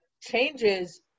changes